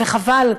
וחבל,